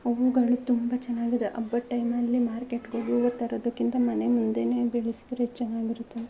ಹೂವುಗಳು ತುಂಬ ಚೆನ್ನಾಗಿದೆ ಹಬ್ಬದ ಟೈಮಲ್ಲಿ ಮಾರ್ಕೆಟ್ಗೋಗಿ ಹೂವು ತರೋದಕ್ಕಿಂತ ಮನೆ ಮುಂದೆನೇ ಬೆಳೆಸಿದ್ದರೆ ಚೆನ್ನಾಗಿರುತ್ತೆ